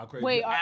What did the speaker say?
Wait